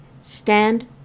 Stand